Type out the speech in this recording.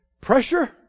Pressure